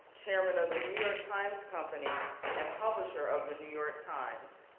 chairman of the new york times company and publisher of the new york times.